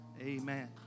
Amen